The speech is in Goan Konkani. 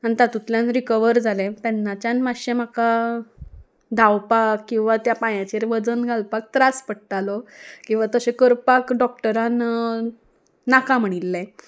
आनी तातूतल्यान रिकवर जालें तेन्नाच्यान मातशें म्हाका धांवपाक किंवां त्या पांयचेर वजन घालपाक त्रास पडटालो किंवां तशें करपाक डॉक्टरान नाका म्हणिल्लें